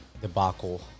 debacle